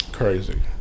crazy